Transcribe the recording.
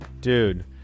dude